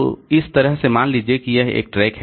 तो इस तरह मान लीजिए कि यह एक ट्रैक है